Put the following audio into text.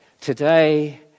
today